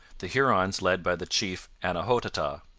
the hurons led by the chief annahotaha,